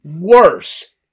worse